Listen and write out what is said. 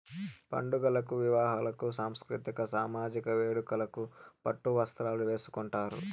పండుగలకు వివాహాలకు సాంస్కృతిక సామజిక వేడుకలకు పట్టు వస్త్రాలు వేసుకుంటారు